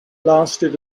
lasted